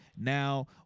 now